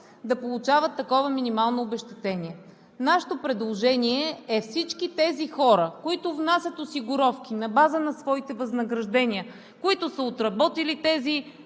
да получават такова минимално обезщетение. Нашето предложение е всички хора, които внасят осигуровки на база на своите възнаграждения, които са отработили тези